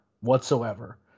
whatsoever